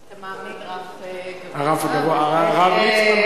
אתה מעמיד רף גבוה, אבל אשתדל.